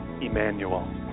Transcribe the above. Emmanuel